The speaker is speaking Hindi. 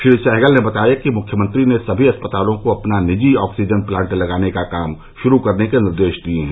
श्री सहगल ने बताया कि मुख्यमंत्री ने सभी अस्पतालों को अपना निजी ऑक्सीजन प्लांट लगाने का काम शुरू करने के निर्देश दिये हैं